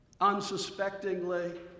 unsuspectingly